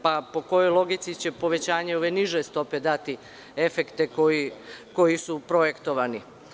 Po kojoj logici će povećanje ove niže stope dati efekte koji su projektovani?